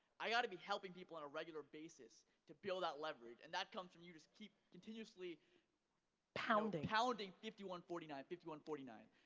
i gotta be helping people on a regular basis to feel that leverage, and that comes from you just continuously pounding. pounding fifty one forty nine, fifty one forty nine.